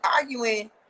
arguing